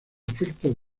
efectos